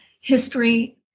history